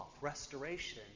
Restoration